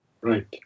Right